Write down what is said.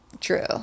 true